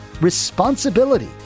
responsibility